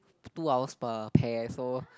two hours per pair so